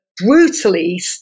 brutally